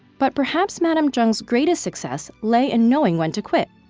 but perhaps madame zheng's greatest success lay in knowing when to quit.